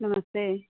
नमस्ते